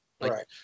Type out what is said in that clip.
right